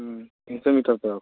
ହଁ ତିନିଶହ ମିଟର୍ ହେବ